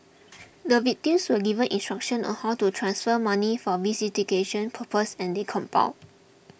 the victims were given instructions on how to transfer money for visiting cation purposes and they complied